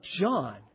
John